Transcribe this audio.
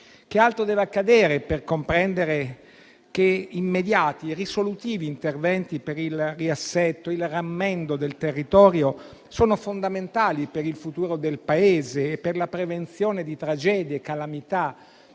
Che altro deve accadere per comprendere che immediati e risolutivi interventi per il riassetto e il rammendo del territorio sono fondamentali per il futuro del Paese e per la prevenzione di tragedie e calamità?